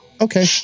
okay